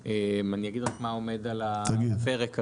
אני אגיד מה עומד על הפרק כרגע.